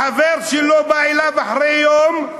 החבר שלו בא אליו אחרי יום,